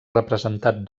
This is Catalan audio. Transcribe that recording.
representat